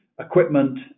equipment